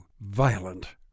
violent